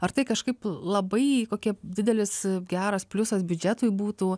ar tai kažkaip labai kokia didelis geras pliusas biudžetui būtų